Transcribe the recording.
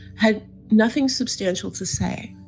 had nothing substantial to say.